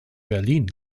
berlin